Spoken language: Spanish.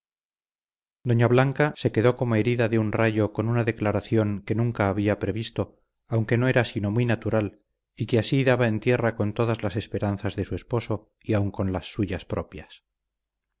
doña blanca se quedó como herida de un rayo con una declaración que nunca había previsto aunque no era sino muy natural y que así daba en tierra con todas las esperanzas de su esposo y aun con las suyas propias